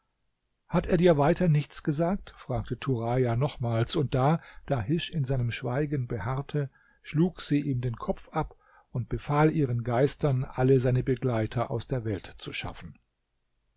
hat er dir weiter nichts gesagt fragte turaja nochmals und da dahisch in seinem schweigen beharrte schlug sie ihm den kopf ab und befahl ihren geistern alle seine begleiter aus der welt zu schaffen